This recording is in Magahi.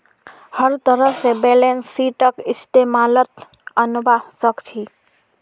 हर तरह से बैलेंस शीटक इस्तेमालत अनवा सक छी